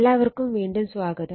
എല്ലാവർക്കും വീണ്ടും സ്വാഗതം